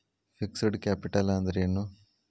Fixed capital ಅಂದ್ರೇನು?